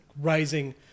rising